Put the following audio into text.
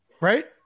Right